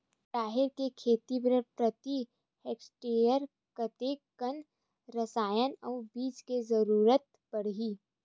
राहेर के खेती बर प्रति हेक्टेयर कतका कन रसायन अउ बीज के जरूरत पड़ही?